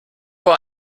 war